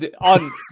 On